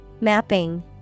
Mapping